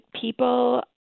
people